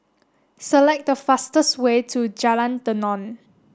select the fastest way to Jalan Tenon